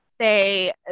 say